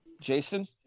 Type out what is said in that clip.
Jason